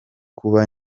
kuba